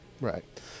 Right